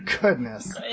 Goodness